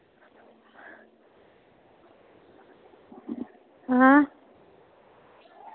ऐं